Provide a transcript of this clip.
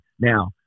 now